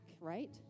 right